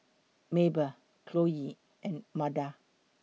Mabel Chloie and Meda